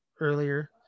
earlier